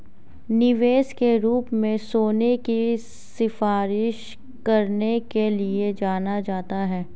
निवेश के रूप में सोने की सिफारिश करने के लिए जाना जाता है